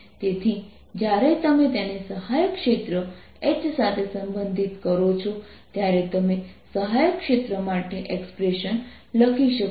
તેથી જ્યારે તમે તેને સહાયક ક્ષેત્ર H સાથે સંબંધિત કરો છો ત્યારે તમે સહાયક ક્ષેત્ર માટે એક્સપ્રેશન લખી શકો છો